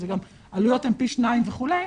שהעלויות הן פי שניים וכולי,